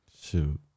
Shoot